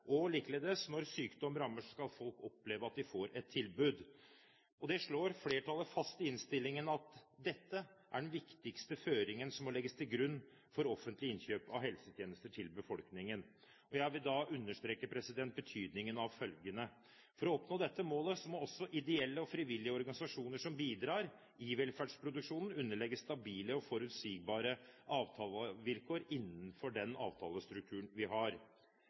og likeledes, når sykdom rammer, skal folk oppleve at de får et tilbud. Flertallet slår i innstillingen fast at dette er de viktigste føringene som må legges til grunn for offentlige innkjøp av helsetjenester til befolkningen. Jeg vil da understreke betydningen av følgende: For å oppnå dette målet må også ideelle og frivillige organisasjoner som bidrar til velferdsproduksjonen, underlegges stabile og forutsigbare avtalevilkår innenfor den avtalestrukturen vi har.